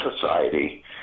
society